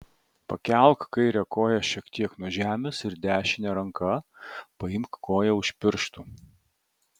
pakelk kairę koją šiek tiek nuo žemės ir dešine ranka paimk koją už pirštų